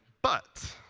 but